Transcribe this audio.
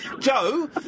Joe